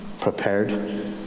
prepared